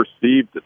perceived